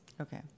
Okay